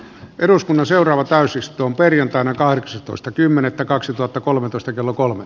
eduskunnan seuraava täysistun perjantaina kahdeksastoista kymmenettä kaksituhattakolmetoista kello kolme